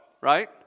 Right